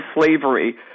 slavery